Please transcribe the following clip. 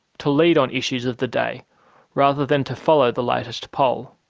to lead on issues of the day rather than to follow the latest poll.